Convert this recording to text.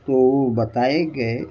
تو بتائے گئے